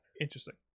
interesting